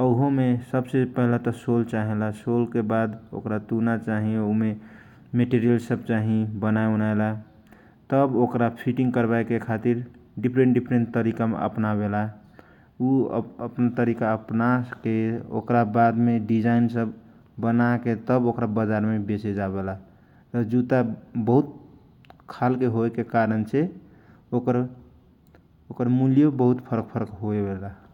ओ उहो में सबसे पहिला सोल चाहेला ओकरा बाद तुना चाहिएला उमे मेटरियल सब चाही तब ओकरा फिटिङ्ग करवाए के खातिर डिफ्रेन्ट डिफ्रेन्ट तरिका अपना के ओकरा बदमे डिजाइन सब बनाके तब ओकरा बजार मे बेचे जाला आ जुत् बहुत प्रकारको होवेला जुताके मुलय फरक परेला ।